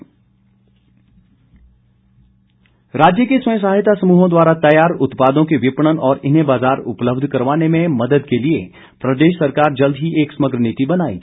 वीरेन्द्र कंवर राज्य के स्वयं सहायता समूहों द्वारा तैयार उत्पादों के विपणन और इन्हें बाजार उपलब्ध करवाने में मदद के लिए प्रदेश सरकार जल्द ही एक समग्र नीति बनाएगी